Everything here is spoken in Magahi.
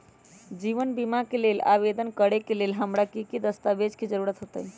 जीवन बीमा के लेल आवेदन करे लेल हमरा की की दस्तावेज के जरूरत होतई?